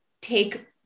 take